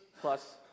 plus